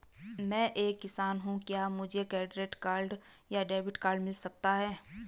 मैं एक किसान हूँ क्या मुझे डेबिट या क्रेडिट कार्ड मिल सकता है?